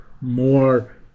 more